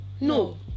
No